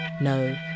no